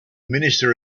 minister